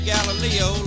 Galileo